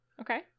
Okay